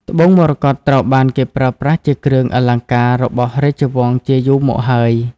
ត្បូងមរកតត្រូវបានគេប្រើប្រាស់ជាគ្រឿងអលង្ការរបស់រាជវង្សជាយូរមកហើយ។